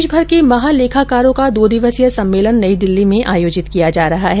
देशभर के महालेखाकारों का दो दिवसीय सम्मेलन नई दिल्ली में आयोजित किया जा रहा है